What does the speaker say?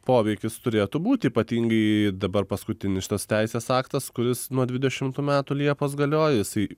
poveikis turėtų būti ypatingai dabar paskutinis šitas teisės aktas kuris nuo dvidešimtų metų liepos galiojo jisai